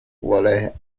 laureate